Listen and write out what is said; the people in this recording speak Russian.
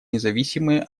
независимые